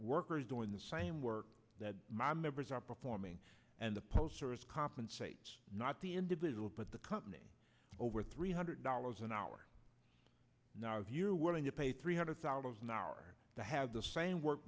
workers doing the same work that my members are performing and the post service compensates not the individual but the company over three hundred dollars an hour now if you're willing to pay three hundred thousand hour to have the same work